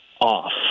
off